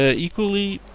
ah equally,